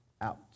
out